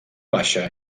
baixa